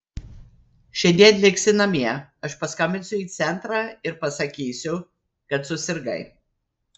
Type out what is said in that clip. šiandien liksi namie aš paskambinsiu į centrą ir pasakysiu kad susirgai